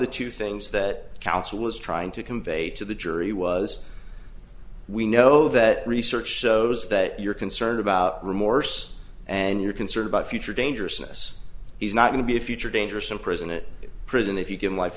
the two things that counsel was trying to convey to the jury was we know that research shows that you're concerned about remorse and you're concerned about future dangerousness he's not going to be a future danger some prison a prison if you give